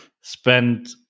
spent